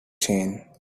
chain